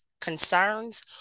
concerns